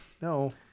no